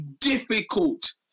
difficult